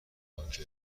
بانک